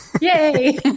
Yay